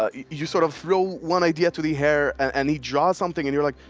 ah you sort of throw one idea to the air and and he draws something, and you're like,